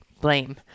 blame